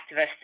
activists